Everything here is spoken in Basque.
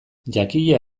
jakia